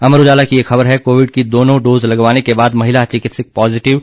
अमर उजाला की एक खबर है कोविड की दोनों डोज लगवाने के बाद महिला चिकित्सक पॉजिटव है